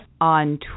on